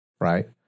right